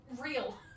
real